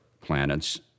planets